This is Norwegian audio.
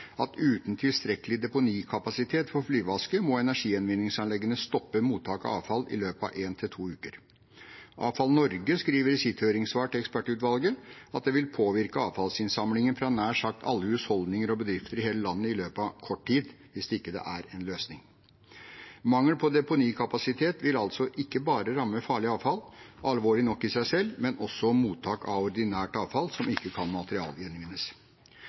at «uten tilstrekkelig deponikapasitet for flygeaske må energigjenvinningsanleggene stoppe mottak av avfall i løpet av en til to uker». Avfall Norge skriver i sitt høringssvar til ekspertutvalget at det vil «påvirke avfallsinnsamlingen fra både nær sagt alle husholdninger og bedrifter i hele landet i løpet av svært kort tid» hvis ikke det blir en løsning. Mangel på deponikapasitet vil altså ikke bare ramme farlig avfall – alvorlig nok i seg selv – men også mottak av ordinært avfall som ikke kan materialgjenvinnes.